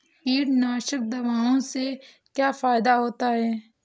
कीटनाशक दवाओं से क्या फायदा होता है?